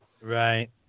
Right